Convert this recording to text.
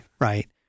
right